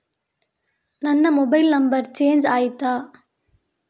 ನನ್ನ mobile number change ಆಯ್ತಾ?